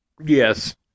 Yes